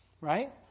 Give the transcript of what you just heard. right